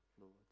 Lord